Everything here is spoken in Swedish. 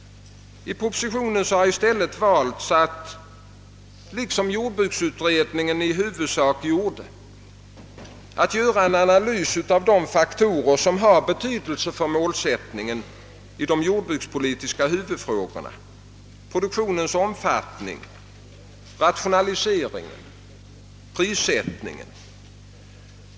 I propositionen har i stället valts att, liksom jordbruksutredningen i huvudsak gjorde, analysera de faktorer som har betydelse för målsättningen i de jordbrukspolitiska huvudfrågorna, pro duktionens omfattning, rationaliseringen och prissättningen.